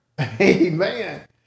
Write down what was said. Amen